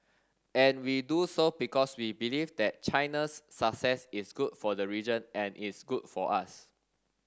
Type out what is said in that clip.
and we do so because we believe that China's success is good for the region and is good for us